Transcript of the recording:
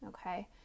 okay